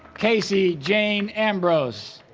casey jane ambrose